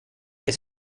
his